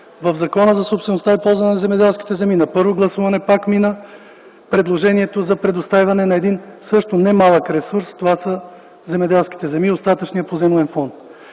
В Закона за собствеността и ползването на земеделските земи на първо гласуване мина предложението за предоставяне на един немалък ресурс – земеделските земи и остатъчният поземлен фонд.